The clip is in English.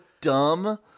dumb